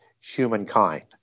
humankind